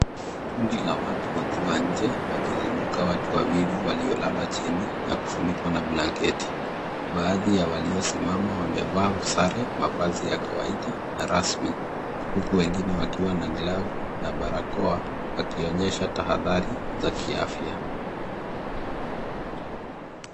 Kundi la watu wakiwa nje wakizunguka watu wawili waliolala chini na kufunikwa na blanketi. Baadhi ya waliosimama wamevaa sare, mavazi ya kawaida na rasmi, huku wengine wakiwa na glavu na barakoa wakionyesha tahadhari za kiafya.